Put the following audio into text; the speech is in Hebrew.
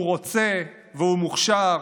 הוא רוצה והוא מוכשר,